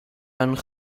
een